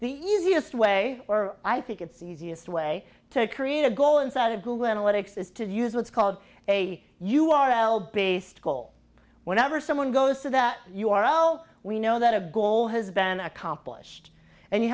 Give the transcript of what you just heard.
the easiest way or i think it's easiest way to create a goal inside of google analytics is to use what's called a u r l based goal whenever someone goes to that u r l we know that a goal has been accomplished and you